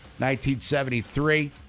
1973